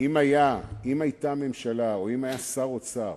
אם היתה ממשלה, אם היה שר אוצר